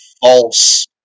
false